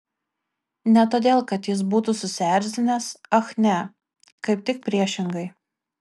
ne todėl kad jis būtų susierzinęs ach ne kaip tik priešingai